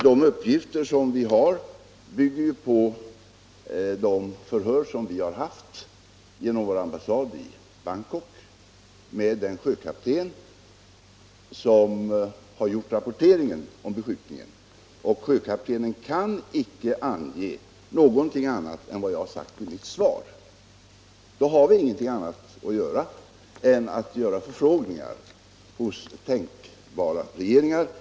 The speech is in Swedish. De uppgifter vi har bygger på de förhör vi haft, genom vår ambassad i Bangkok, med den sjökapten som gjort rapporteringen om beskjutningen. Sjökaptenen kan icke ange någonting annat än vad jag sagt i mitt svar. Då har vi ingenting annat att göra än förfrågningar hos tänkbara regeringar.